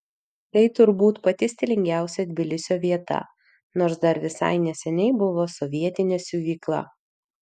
tai turbūt pati stilingiausia tbilisio vieta nors dar visai neseniai buvo sovietinė siuvykla